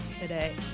today